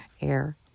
air